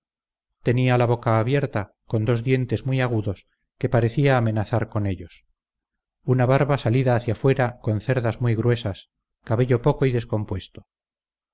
tenía la boca abierta con dos dientes muy agudos que parecía amenazar con ellos una barba salida hacia fuera con cerdas muy gruesas cabello poco y descompuesto